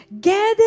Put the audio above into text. Gather